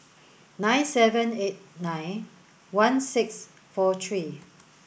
nine seven eight nine one six four three